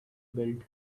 belt